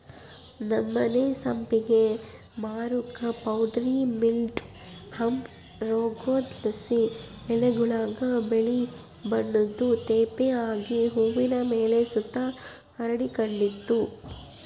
ನಮ್ಮನೆ ಸಂಪಿಗೆ ಮರುಕ್ಕ ಪೌಡರಿ ಮಿಲ್ಡ್ವ ಅಂಬ ರೋಗುದ್ಲಾಸಿ ಎಲೆಗುಳಾಗ ಬಿಳೇ ಬಣ್ಣುದ್ ತೇಪೆ ಆಗಿ ಹೂವಿನ್ ಮೇಲೆ ಸುತ ಹರಡಿಕಂಡಿತ್ತು